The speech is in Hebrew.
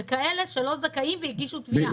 זה כאלה שלא זכאים והגישו תביעה.